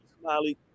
Smiley